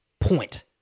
point